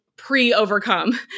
pre-overcome